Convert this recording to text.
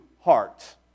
heart